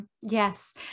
yes